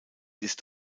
ist